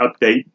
update